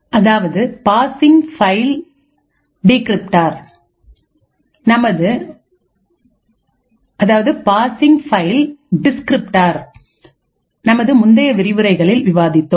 அதாவது passing file descriptor நமது முந்தைய விரிவுரைகளில் விவாதித்தோம்